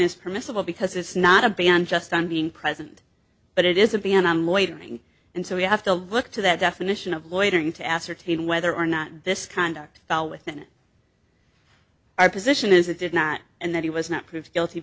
is permissible because it's not a ban just on being present but it is a ban on loitering and so we have to look to that definition of loitering to ascertain whether or not this conduct fell within it our position is it did not and that he was not proved guilty